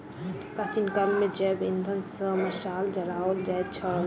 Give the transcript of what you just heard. प्राचीन काल मे जैव इंधन सॅ मशाल जराओल जाइत छलै